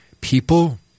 People